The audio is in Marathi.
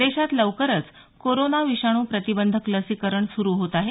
देशात लवकरच कोरोना विषाणू प्रतिबंधक लसीकरण सुरू होत आहे